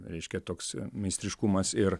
reiškia toks meistriškumas ir